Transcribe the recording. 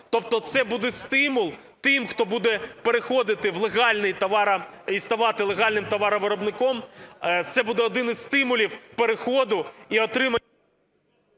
Тобто це буде стимул тим, хто буде переходити в легальний… і ставати легальним товаровиробником. Це буде одним із стимулів переходу і …